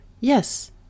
Yes